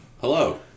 Hello